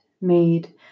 made